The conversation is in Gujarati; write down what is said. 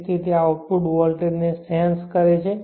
તેથી તે આઉટપુટ વોલ્ટેજ ને સેન્સ કરે છે